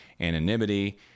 anonymity